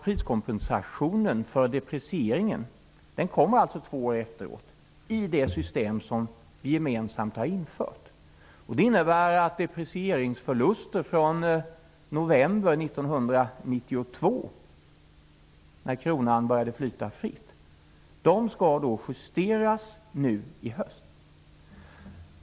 Priskompensationen för deprecieringen kommer alltså två år efteråt i det system som vi gemensamt har infört. Det innebär at deprecieringsförluster från november 1992, då kronan började flyta fritt, skall justeras nu i höst.